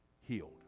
healed